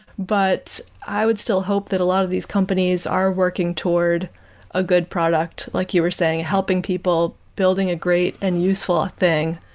but i would still hope that a lot of these companies are working toward a good product, like you are saying helping people building a great and useful ah thing.